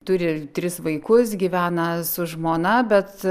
turi tris vaikus gyvena su žmona bet